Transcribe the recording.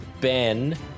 Ben